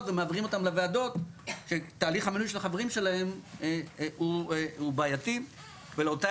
ומעבירים אותם לוועדות שתהליך המינוי שלך החברים שלהם הוא בעייתי ולאותה